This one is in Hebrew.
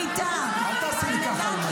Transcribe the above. אל תעשי לי ככה עם היד.